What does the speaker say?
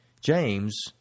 James